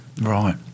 Right